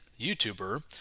YouTuber